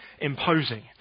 imposing